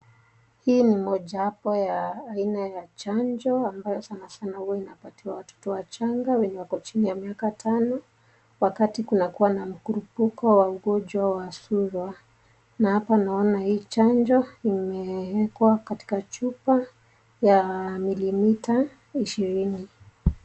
Hii ni moja wapo ya aina ya chanjo ambayo sana sana huwa inapatiwa watoto wachanga wenye wako chini ya miaka tano, wakati kuna kuwa na mkurupuko wa ugonjwa wa surwa, na hapa naona hii chanajo imewekwa katika hii chupa ya milimita ishirini.